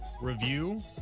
review